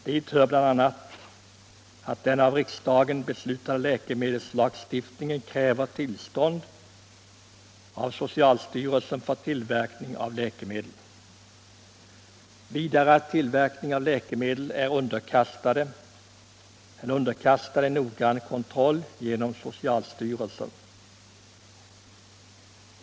Dit hör bl.a. att den av riksdagen beslutade läkemedelslagstiftningen kräver tillstånd av socialstyrelsen för tillverkning av läkemedel och vidare att tillverkningen av läkemedel är underkastad en noggrann kontroll genom socialstyrelsen.